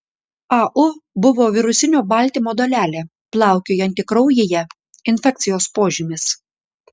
au buvo virusinio baltymo dalelė plaukiojanti kraujyje infekcijos požymis